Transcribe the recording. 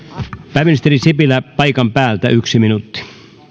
pääministeri sipilä paikan päältä yksi minuutti